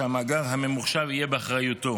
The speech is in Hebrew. והמאגר הממוחשב יהיה באחריותו.